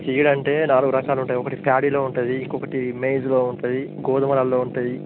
seed అంటే నాలుగు రకాలు ఉంటాయి ఒకటి ప్యాడీలో ఉంటుంది ఇంకొకటి మేజ్లో ఉంటుంది గోధుమలలో ఉంటుంది